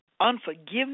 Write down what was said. unforgiveness